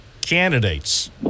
candidates